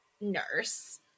nurse